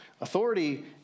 Authority